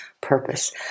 Purpose